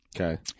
Okay